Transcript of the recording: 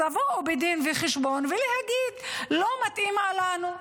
אז תבואו עם דין וחשבון ותגידו: לא מתאימה לנו,